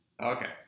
Okay